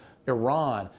iran,